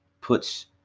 puts